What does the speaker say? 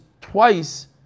twice